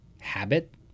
habit